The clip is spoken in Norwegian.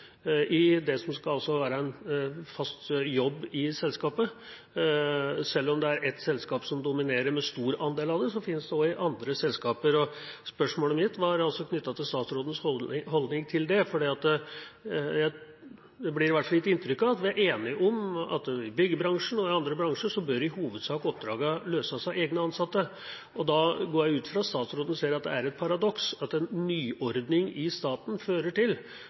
i det som skal være en fast jobb i selskapet. Selv om det er ett selskap som dominerer med en stor andel av det, finnes det også i andre selskaper. Spørsmålet mitt var knyttet til statsrådens holdning til det, for det blir i hvert fall gitt inntrykk av at vi er enige om at i byggebransjen og i andre bransjer bør oppdragene i hovedsak løses av egne ansatte. Da går jeg ut fra at statsråden ser at det er et paradoks at en nyordning i staten fører til